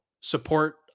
support